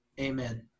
amen